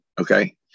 Okay